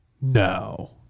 no